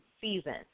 season